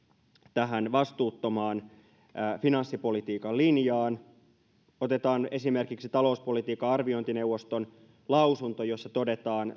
tähän vastuuttomaan finanssipolitiikan linjaan otetaan esimerkiksi talouspolitiikan arviointineuvoston lausunto jossa todetaan